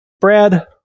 Brad